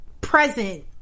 present